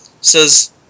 says